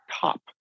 top